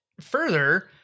further